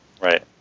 Right